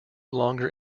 longer